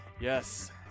Yes